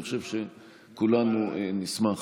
אני חושב שכולנו נשמח.